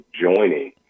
joining